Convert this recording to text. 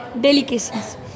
delicacies